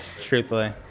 truthfully